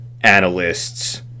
analysts